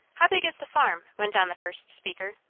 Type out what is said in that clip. how big is the farm? went on the first speaker.